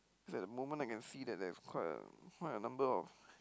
is that moment I can see that there's quite a quite a number of